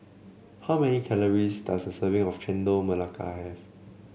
how many calories does a serving of Chendol Melaka have